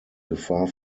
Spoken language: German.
gefahr